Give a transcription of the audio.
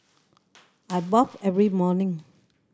I bathe every morning